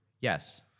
Yes